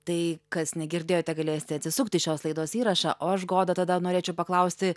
tai kas negirdėjote galėsite atsisukti šios laidos įrašą o aš goda tada norėčiau paklausti